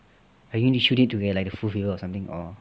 you need to chew it to get like the full flavour of something or